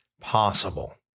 possible